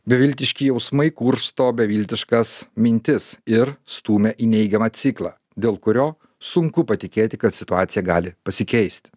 beviltiški jausmai kursto beviltiškas mintis ir stūmia į neigiamą ciklą dėl kurio sunku patikėti kad situacija gali pasikeisti